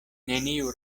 neniu